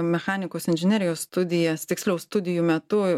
mechanikos inžinerijos studijas tiksliau studijų metu